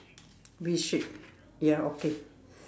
V shape ya okay